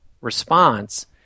response